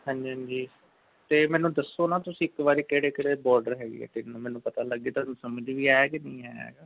ਹਾਂਜੀ ਹਾਂਜੀ ਤੇ ਮੈਨੂੰ ਦੱਸੋ ਨਾ ਤੁਸੀਂ ਇੱਕ ਵਾਰ ਕਿਹੜੇ ਕਿਹੜੇ ਬਾਰਡਰ ਹੈਗੇ ਨੇ ਤਿੰਨ ਮੈਨੂੰ ਪਤਾ ਲੱਗੇ ਤੁਹਾਨੂੰ ਸਮਝ ਵੀ ਆਇਆ ਕਿ ਨਹੀਂ ਆਇਆ ਹੈਗਾ